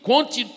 Conte